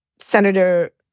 Senator